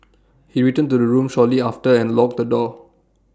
he returned to the room shortly after and locked the door